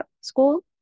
school